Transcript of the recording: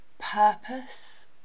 purpose